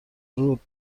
رود